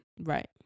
right